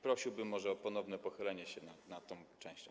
Prosiłbym może o ponowne pochylenie się nad tą częścią.